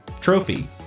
trophy